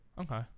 Okay